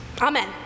Amen